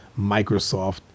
Microsoft